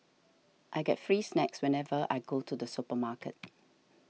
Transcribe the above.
I get free snacks whenever I go to the supermarket